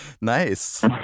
nice